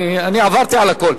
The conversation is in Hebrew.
אני עברתי על הכול.